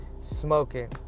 smoking